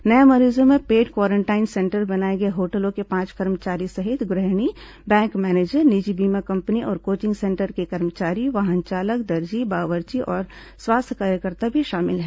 नये मरीजों में पेड क्वारेंटाइन सेंटर बनाए गए होटलों के पांच कर्मचारी सहित गृहणी बैंक मैनेजर निजी बीमा कंपनी और कोचिंग सेंटर के कर्मचारी वाहन चालक दर्जी बावर्ची और स्वास्थ्य कार्यकर्ता भी शामिल हैं